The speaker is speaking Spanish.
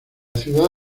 ciudad